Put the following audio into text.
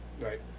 Right